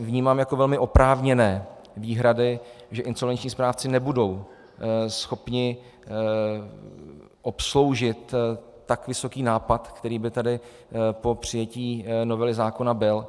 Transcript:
Vnímám jako velmi oprávněné výhrady, že insolvenční správci nebudou schopni obsloužit tak vysoký nápad, který by tady po přijetí zákona byl.